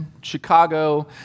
Chicago